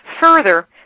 Further